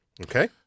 Okay